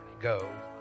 go